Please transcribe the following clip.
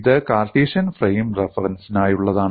ഇത് Cartesian frame റഫറൻസിനായുള്ളതാണ്